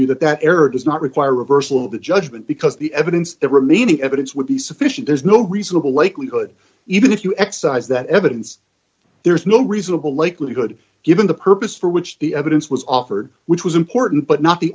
you that that error does not require reversal of the judgment because the evidence the remaining evidence would be sufficient there's no reasonable likelihood even if you excised that evidence there is no reasonable likelihood given the purpose for which the evidence was offered which was important but not the